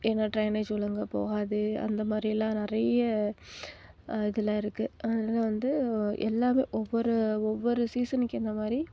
ஏன்னால் டிரைனேஜ் ஒழுங்காக போகாது அந்த மாதிரி எல்லாம் நிறைய இதெலாம் இருக்குது அதனால வந்து ஓ எல்லாமே ஒவ்வொரு ஒவ்வொரு சீசனுக்கு ஏற்ற மாதிரி